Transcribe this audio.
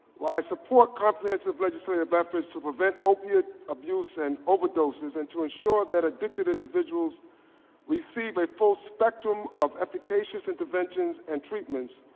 while i support comprehensive legislative efforts to prevent openiate abuse and overdoses and to assure addicted individuals receive a full spectrum of application interventions and treatmentments,